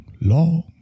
long